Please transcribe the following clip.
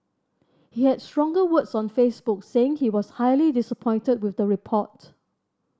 he had stronger words on Facebook saying he was highly disappointed with the report